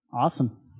Awesome